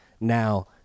now